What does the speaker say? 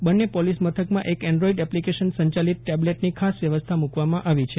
બંને પોલીસ મથકમાં એક એન્રીઈડ એપ્લિકેશન સંચાલિત ટેબ્લેટની ખાસ વ્યવસ્થા મુકવામાં આવી છે